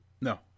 no